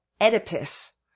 Oedipus